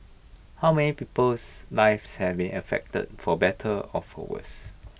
how many people's lives have may affected for better or for worse